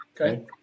Okay